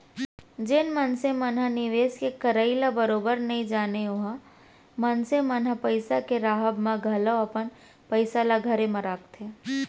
जेन मनसे मन ह निवेस के करई ल बरोबर नइ जानय ओ मनसे मन ह पइसा के राहब म घलौ अपन पइसा ल घरे म राखथे